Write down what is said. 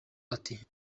ati